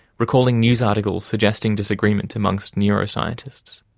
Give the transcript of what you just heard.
recalling news articles suggesting disagreement amongst neuroscientists.